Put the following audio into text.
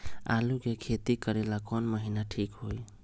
आलू के खेती करेला कौन महीना ठीक होई?